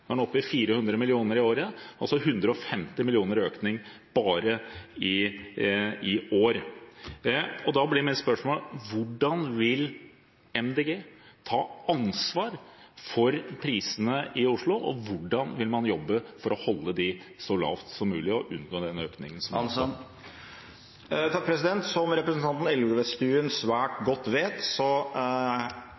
Nå er den oppe i 400 mill. kr i året, altså 150 mill. kr i økning bare i år. Da blir mitt spørsmål: Hvordan vil Miljøpartiet De Grønne ta ansvar for prisene i Oslo, og hvordan vil man jobbe for å holde dem så lavt som mulig og unngå den økningen? Som representanten Elvestuen svært